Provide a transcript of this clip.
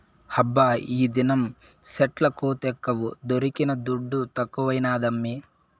హబ్బా ఈదినం సెట్ల కోతెక్కువ దొరికిన దుడ్డు తక్కువైనాదమ్మీ